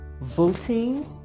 voting